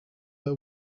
her